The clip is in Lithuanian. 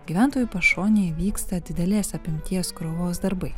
gyventojų pašonėje vyksta didelės apimties krovos darbai